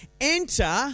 Enter